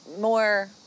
more